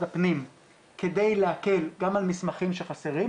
הפנים כדי להקל גם על מסמכים שחסרים,